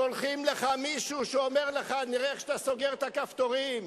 שולחים לך מישהו שאומר לך: נראה איך אתה סוגר את הכפתורים,